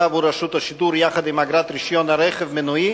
גובה בעבור רשות השידור יחד עם אגרת רשיון רכב מנועי